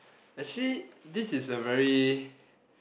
actually this is a very